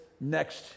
next